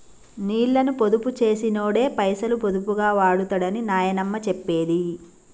నీళ్ళని పొదుపు చేసినోడే పైసలు పొదుపుగా వాడుతడని నాయనమ్మ చెప్పేది